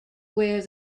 where